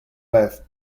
left